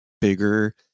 bigger